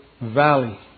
valley